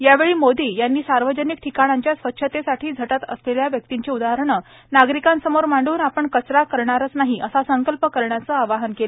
यावेळी मोदी यांनी सार्वजनिक ठिकाणांच्या स्वच्छतेसाठी झटत असलेल्या व्यक्तींची उदाहरणंही नागरिकांसमोर मांड्रन आपण कचरा करणारच नाही असा संकल्प करायचं आवाहन केलं